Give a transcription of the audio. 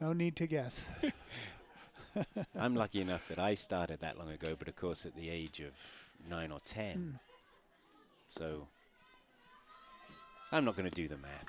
i need to guess i'm lucky enough that i started that long ago but of course at the age of nine or ten so i'm not going to do the math